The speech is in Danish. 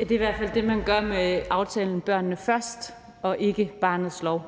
Det er i hvert fald det, man gør med aftalen »Børnene Først«, og ikke barnets lov.